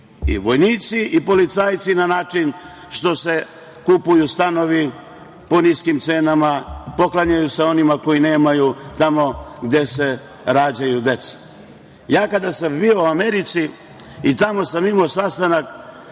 i vojnici i policajci na način što se kupuju stanovi po niskim cenama, poklanjaju se onima koji nemaju, tamo gde se rađaju deca. Ja kada sam bio u Americi i tamo sam imao sastanak